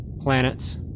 planets